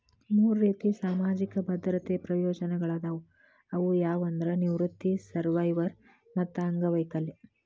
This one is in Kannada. ಮೂರ್ ರೇತಿ ಸಾಮಾಜಿಕ ಭದ್ರತೆ ಪ್ರಯೋಜನಗಳಾದವ ಅವು ಯಾವಂದ್ರ ನಿವೃತ್ತಿ ಸರ್ವ್ಯವರ್ ಮತ್ತ ಅಂಗವೈಕಲ್ಯ